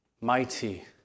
mighty